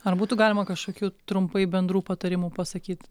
ar būtų galima kažkokių trumpai bendrų patarimų pasakyt